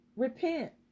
Repent